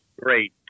Great